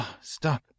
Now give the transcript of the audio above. stop